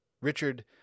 Richard